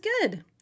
good